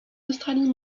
australie